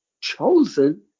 chosen